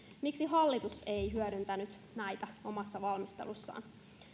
miksi hallitus ei hyödyntänyt näitä omassa valmistelussaan